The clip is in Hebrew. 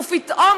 ופתאום,